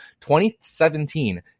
2017